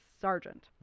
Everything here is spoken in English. sergeant